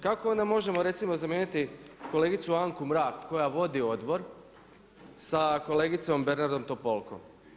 Kako onda možemo recimo zamijeniti kolegicu Anku Mrak koja vodi odbor sa kolegicom Bernardom Topolko.